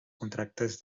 contractes